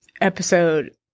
episode